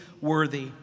worthy